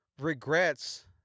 Regrets